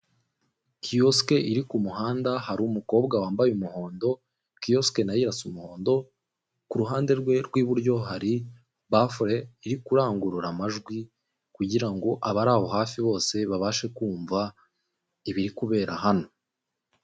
Kiyosiki iri ku muhanda hari umukobwa wambaye umuhondo kiyosiki nayo irasa umuhondo ku ruhande rwe rw'iburyo, hari bafure iri kurangurura amajwi kugirango abari aho hafi bose babashe kumva ibiri kubera hano.